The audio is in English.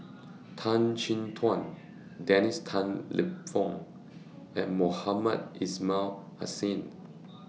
Tan Chin Tuan Dennis Tan Lip Fong and Mohamed Ismail Hussain